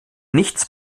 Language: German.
nichts